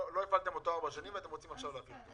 לא הפעלתם אותו ארבע שנים ואתם רוצים עכשיו להפעילו.